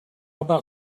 about